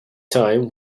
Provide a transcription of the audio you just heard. time